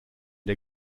der